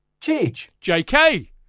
JK